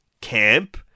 camp